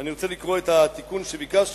ואני רוצה לקרוא את התיקון שביקשנו: